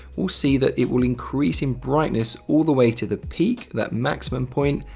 we'll see that it will increase in brightness all the way to the peak, that maximum point,